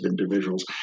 individuals